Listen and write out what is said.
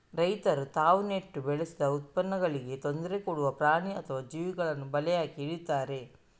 ರೈತರು ತಾವು ನೆಟ್ಟು ಬೆಳೆಸಿದ ಉತ್ಪನ್ನಗಳಿಗೆ ತೊಂದ್ರೆ ಕೊಡುವ ಪ್ರಾಣಿ ಅಥವಾ ಜೀವಿಗಳನ್ನ ಬಲೆ ಹಾಕಿ ಹಿಡೀತಾರೆ